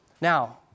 Now